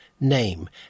Name